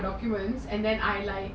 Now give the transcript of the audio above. documents and then I like